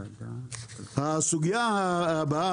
סוגיית התמיכות,